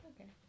okay